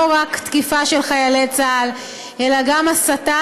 לא רק תקיפה של חיילי צה"ל אלא גם הסתה,